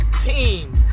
team